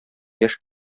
яшь